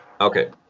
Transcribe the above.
Okay